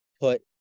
Put